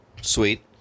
Sweet